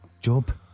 job